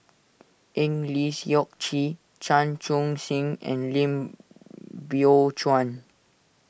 Eng Lee Seok Chee Chan Chun Sing and Lim Biow Chuan